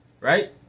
right